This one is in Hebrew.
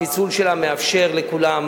הפיצול שלה מאפשר להם